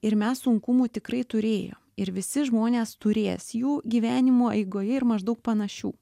ir mes sunkumų tikrai turėjom ir visi žmonės turės jų gyvenimo eigoje ir maždaug panašių